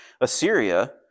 Assyria